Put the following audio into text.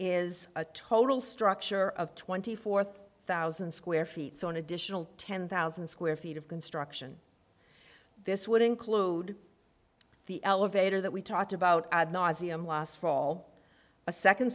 is a total structure of twenty fourth thousand square feet so an additional ten thousand square feet of construction this would include the elevator that we talked about ad nauseum last fall a second